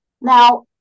Now